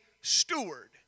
steward